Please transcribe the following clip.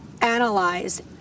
analyze